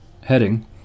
heading